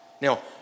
Now